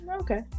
Okay